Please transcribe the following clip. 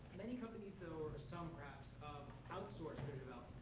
many companies, though or some, perhaps outsource